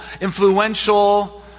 influential